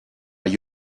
gli